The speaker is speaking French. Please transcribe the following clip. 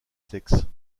sexes